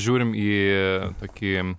žiūrim į tokį